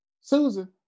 Susan